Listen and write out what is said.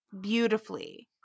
beautifully